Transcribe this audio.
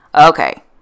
okay